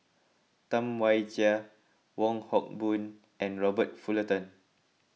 Tam Wai Jia Wong Hock Boon and Robert Fullerton